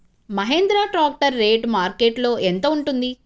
Mahindra tractor rate మార్కెట్లో యెంత ఉంటుంది?